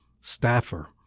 staffer